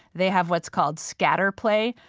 they have what's called, scatter play.